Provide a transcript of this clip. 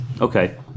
Okay